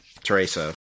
Teresa